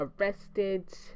arrested